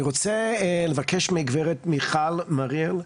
אני רוצה לבקש מגב' מיכל מריל,